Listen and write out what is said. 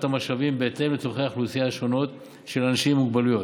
המשאבים בהתאם לצורכי האוכלוסיות השונות של אנשים עם מוגבלויות.